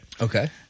Okay